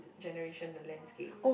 generation the landscape